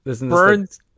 Burns